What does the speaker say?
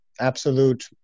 absolute